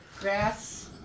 Grass